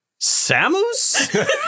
Samus